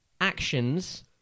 actions